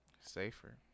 Safer